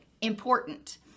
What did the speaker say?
important